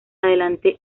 adelante